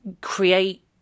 create